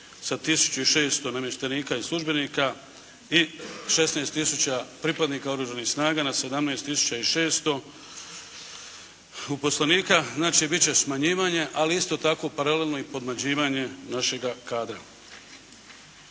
sa 1600 namještenika i službenika i 16 tisuća pripadnika oružanih snaga na 17 tisuća i 600 uposlenika, znači biti će smanjivanje, ali isto tako i paralelno i pomlađivanje našega kadra.